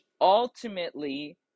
ultimately